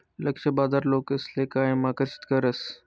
लक्ष्य बाजार लोकसले कायम आकर्षित करस